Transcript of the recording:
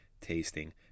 tasting